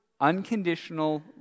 unconditional